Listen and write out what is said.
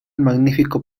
magnífico